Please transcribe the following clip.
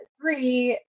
three